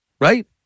right